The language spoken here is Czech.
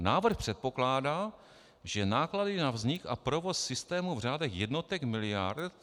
Návrh předpokládá, že náklady na vznik a provoz systému v řádech jednotek miliard...